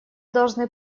должны